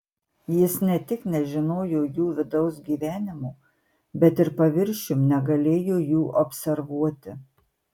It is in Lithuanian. jis ne tik nežinojo jų vidaus gyvenimo bet ir paviršium negalėjo jų observuoti